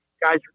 guys